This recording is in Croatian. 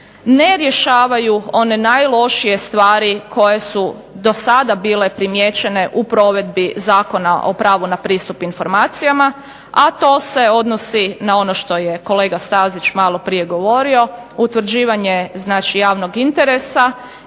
ne rješavaju one najlošije stvari koje su do sada bile primijećene u provedbi Zakona o pravu na pristup informacijama, a to se odnosi na ono što je kolega Stazić maloprije govorio, utvrđivanje znači javnog interesa